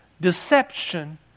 deception